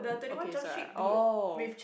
okay so right oh